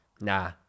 nah